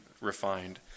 refined